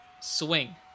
swing